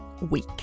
week